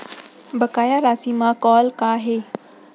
बकाया राशि मा कॉल का हे?